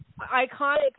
iconic